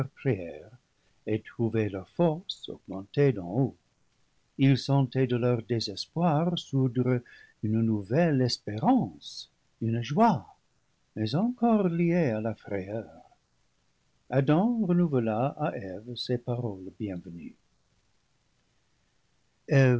prière et trouvaient leur force augmentée d'en haut ils sentaient de leur désespoir sourdre une nouvelle espérance une joie mais encore liée à la frayeur adam renouvela à eve ses paroles bienvenues